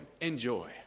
enjoy